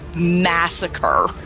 massacre